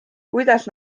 kuidas